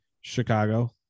Chicago